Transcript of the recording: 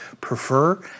prefer